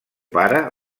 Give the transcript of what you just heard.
pare